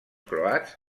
croats